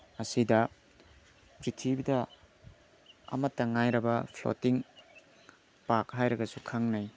ꯑꯁꯤꯗ ꯄ꯭ꯔꯤꯊꯤꯕꯤꯗ ꯑꯃꯇ ꯉꯥꯏꯔꯕ ꯐ꯭ꯂꯣꯠꯇꯤꯡ ꯄꯥꯛ ꯍꯥꯏꯔꯒꯁꯨ ꯈꯪꯅꯩ